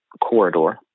corridor